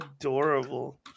Adorable